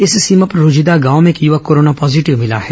इस सीमा पर रूजिदा गांव भें एक युवक कोरोना पॉजीटिव मिला है